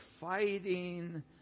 fighting